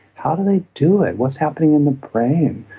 how do they do it? what's happening in the brain?